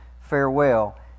farewell